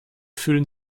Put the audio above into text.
fühlen